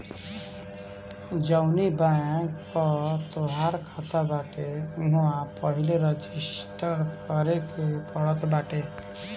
जवनी बैंक कअ तोहार खाता बाटे उहवा पहिले रजिस्टर करे के पड़त बाटे